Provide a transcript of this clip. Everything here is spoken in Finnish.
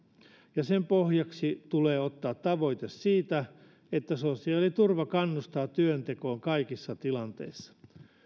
ja sen pohjaksi tulee ottaa tavoite siitä että sosiaaliturva kannustaa työntekoon kaikissa tilanteissa